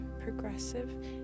progressive